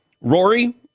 Rory